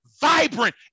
vibrant